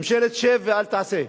ממשלת "שב ואל תעשה".